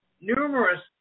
numerous